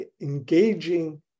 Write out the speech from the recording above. engaging